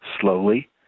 slowly